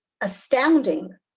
astounding